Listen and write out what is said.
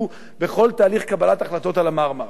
בכל תהליך קבלת ההחלטות על ה"מרמרה".